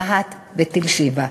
רהט ותל-שבע.